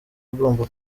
ugomba